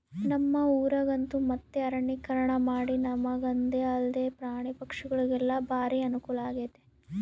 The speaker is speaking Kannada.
ನಮ್ಮ ಊರಗಂತೂ ಮತ್ತೆ ಅರಣ್ಯೀಕರಣಮಾಡಿ ನಮಗಂದೆ ಅಲ್ದೆ ಪ್ರಾಣಿ ಪಕ್ಷಿಗುಳಿಗೆಲ್ಲ ಬಾರಿ ಅನುಕೂಲಾಗೆತೆ